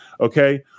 Okay